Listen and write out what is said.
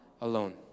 alone